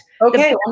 Okay